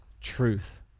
truth